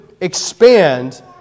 expand